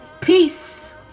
peace